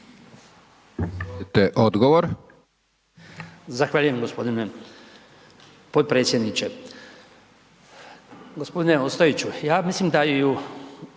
odgovor.